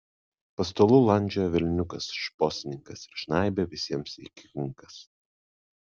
po stalu landžiojo velniukas šposininkas ir žnaibė visiems į kinkas